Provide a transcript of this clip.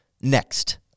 next